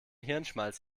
hirnschmalz